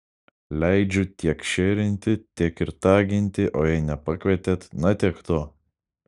leidžiu tiek šėrinti tiek ir taginti o jei nepakvietėt na tiek to